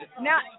Now